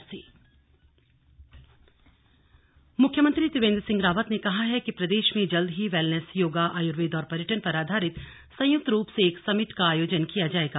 slug service sector CM मुख्यमंत्री त्रिवेंद्र सिंह रावत ने कहा है कि प्रदेश में जल्द ही वेलनेस योगा आयुर्वेद और पर्यटन पर आधारित संयुक्त रूप से एक समिट का आयोजन किया जायेगा